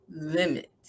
limit